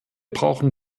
brauchen